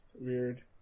weird